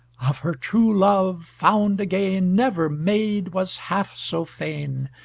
of her true love found again never maid was half so fain.